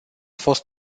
fost